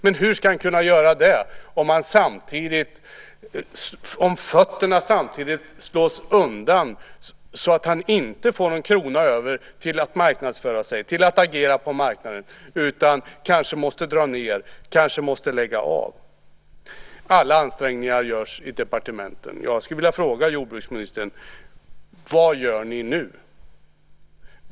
Men hur ska han kunna göra det om fötterna samtidigt slås undan så att han inte får en krona över till att marknadsföra sig, till att agera på marknaden, utan kanske måste dra ned, kanske måste lägga av? Alla ansträngningar sägs göras i departementen. Jag skulle vilja fråga jordbruksministern: Vad gör ni nu?